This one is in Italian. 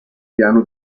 piano